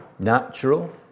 natural